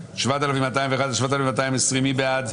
4,901 עד 4,920, מי בעד?